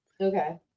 Okay